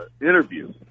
interview